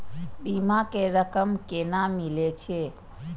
बीमा के रकम केना मिले छै?